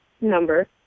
number